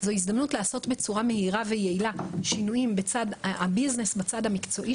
בנושא דיגיטציה לשיפור וייעול השירות הממשלתי,